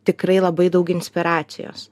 tikrai labai daug inspiracijos